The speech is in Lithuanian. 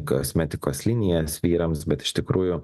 kosmetikos linijas vyrams bet iš tikrųjų